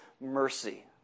mercy